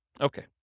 Okay